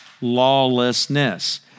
lawlessness